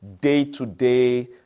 day-to-day